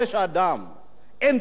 אין חופש אדם, אין תקשורת חופשית,